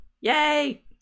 Yay